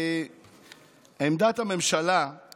עמדת הממשלה היא